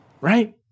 Right